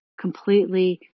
completely